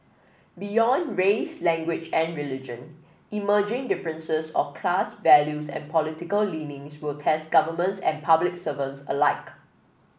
beyond race language and religion emerging differences of class values and political leanings will test governments and public servant alike